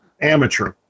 amateur